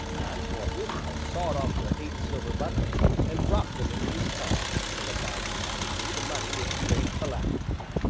and, forthwith, i sawed off the eight silver buttons and dropped them into his palm, whereupon he handed me the money with great alacrity.